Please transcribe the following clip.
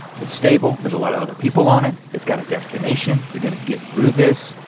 it's stable, there's a lot of other people on it, it's got a destination, you're gonna get through this.